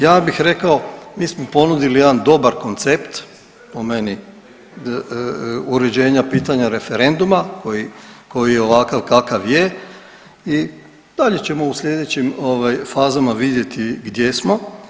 Ja bih rekao mi smo ponudili jedan dobar koncept po meni uređenja pitanja referenduma koji, koji je ovakav kakav je i dalje ćemo u slijedećim ovaj fazama vidjeti gdje smo.